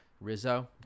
Rizzo